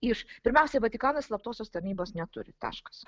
iš pirmiausiai vatikanas slaptosios tarnybos neturi taškas